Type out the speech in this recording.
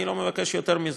אני לא מבקש יותר מזה.